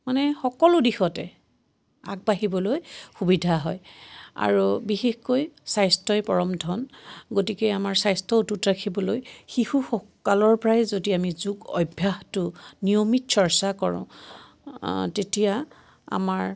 মানে সকলো দিশতে আগবাঢ়িবলৈ সুবিধা হয় আৰু বিশেষকৈ স্বাস্থ্যই পৰম ধন গতিকে আমাৰ স্বাস্থ্য অটুট ৰাখিবলৈ শিশু কালৰ পৰাই যদি আমি যোগ অভ্যাসটো নিয়মিত চৰ্চা কৰোঁ তেতিয়া আমাৰ